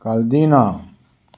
कल्दिना